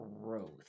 growth